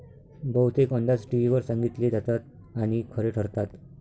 बहुतेक अंदाज टीव्हीवर सांगितले जातात आणि खरे ठरतात